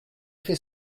fait